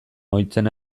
ohitzen